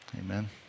Amen